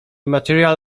material